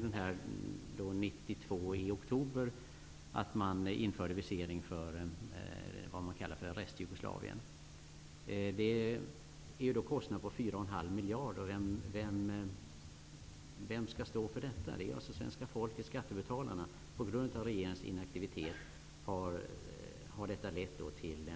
Den 1 oktober 1992 Restjugoslavien. Det rör sig om kostnader på 4,5 miljarder kronor. Vem skall stå för dessa kostnader? Det är alltså svenska folket, skattebetalarna, som får göra det. På grund av regeringens inaktivitet har detta lett till